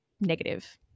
negative